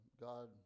God